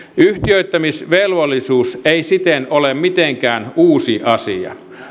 yhtiöittämisvelvollisuus ei siten ole mitenkään uusi asia